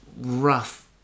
rough